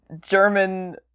German